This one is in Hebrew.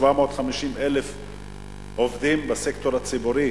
750,000 עובדים בסקטור הציבורי,